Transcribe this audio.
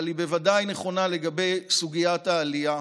אבל היא בוודאי נכונה לגבי סוגיית העלייה: